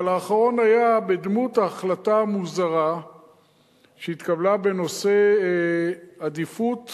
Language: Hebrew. אבל האחרון היה בדמות ההחלטה המוזרה שהתקבלה בנושא עדיפות